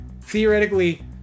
theoretically